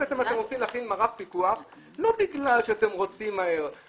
בעצם אתם רוצים להכין מערך פיקוח לא בגלל שאתם רוצים לזרז